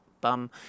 bum